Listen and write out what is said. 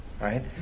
right